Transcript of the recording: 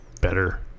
better